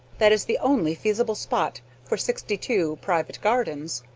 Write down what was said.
that is the only feasible spot for sixty-two private gardens.